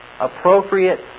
appropriate